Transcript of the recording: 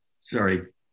Sorry